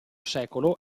secolo